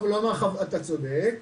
לא מהחברות, אתה צודק.